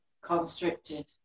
constricted